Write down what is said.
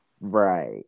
Right